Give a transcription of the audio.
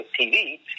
TV